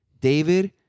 David